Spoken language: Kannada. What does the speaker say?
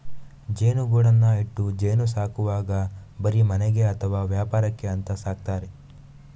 ಜೇನುಗೂಡನ್ನ ಇಟ್ಟು ಜೇನು ಸಾಕುವಾಗ ಬರೀ ಮನೆಗೆ ಅಥವಾ ವ್ಯಾಪಾರಕ್ಕೆ ಅಂತ ಸಾಕ್ತಾರೆ